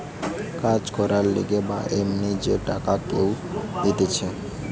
কাজ করবার লিগে বা এমনি যে টাকা কেউ দিতেছে